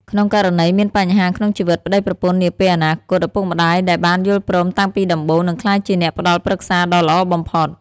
ក្នុងករណីមានបញ្ហាក្នុងជីវិតប្ដីប្រពន្ធនាពេលអនាគត ឪពុកម្ដាយដែលបានយល់ព្រមតាំងពីដំបូង នឹងក្លាយជាអ្នកផ្ដល់ប្រឹក្សាដ៏ល្អបំផុត។